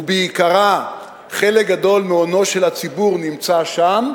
ובעיקרה חלק גדול מהונו של הציבור נמצא שם,